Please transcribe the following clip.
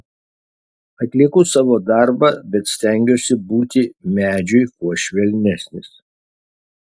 atlieku savo darbą bet stengiuosi būti medžiui kuo švelnesnis